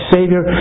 Savior